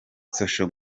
social